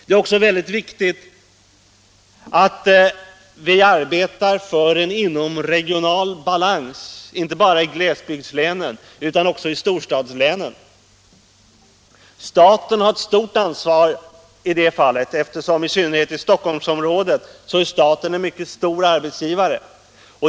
Det är också mycket viktigt att vi arbetar för en inomregional balans, inte bara i glesbygdslänen utan också i storstadslänen. Staten har ett stort ansvar i det fallet, eftersom staten i synnerhet i Stockholmsområdet är en mycket stor arbetsgivare.